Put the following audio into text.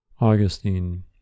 Augustine